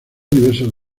diversos